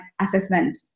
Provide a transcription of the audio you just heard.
assessment